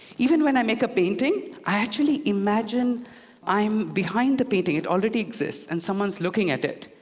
even when i make a painting, i actually imagine i'm behind the painting, it already exists, and someone's looking at it,